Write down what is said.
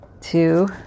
Two